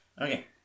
Okay